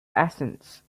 ascents